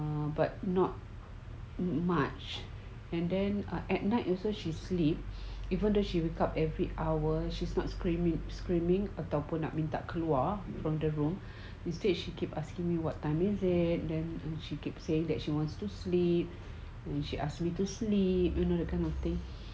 but not much and then err at night also she sleep even though she wake up every hour she's not screaming screaming ataupun nak minta keluar from the room instead she keep asking me what time is it then she keep saying that she wants to sleep when she ask me to sleep you know that kind of thing